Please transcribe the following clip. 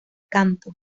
canto